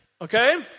okay